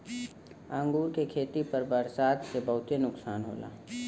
अंगूर के खेती पर बरसात से बहुते नुकसान होला